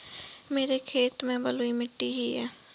मेरे खेत में बलुई मिट्टी ही है